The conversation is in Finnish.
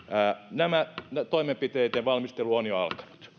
nämä toimenpiteet ja valmistelu ovat jo